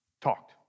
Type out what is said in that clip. talked